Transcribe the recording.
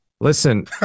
Listen